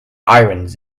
irons